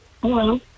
Hello